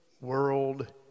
world